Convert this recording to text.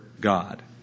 God